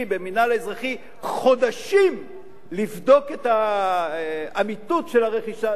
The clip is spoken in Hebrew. במינהל האזרחי חודשים לבדוק את האמיתות של הרכישה.